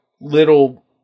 little